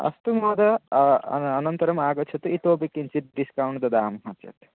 अस्तु महोदय अनन्तरम् आगच्छतु इतोपि किञ्चित् डिस्कौण्ट् दद्मः चेत्